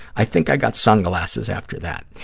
i think i got sunglasses after that.